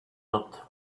not